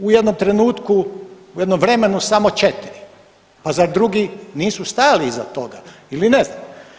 U jednom trenutku, u jednom vremenu samo 4. Pa zar drugi nisu stajali iza toga ili ne znam?